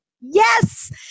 Yes